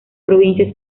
provincia